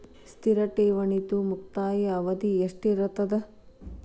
ಸ್ಥಿರ ಠೇವಣಿದು ಮುಕ್ತಾಯ ಅವಧಿ ಎಷ್ಟಿರತದ?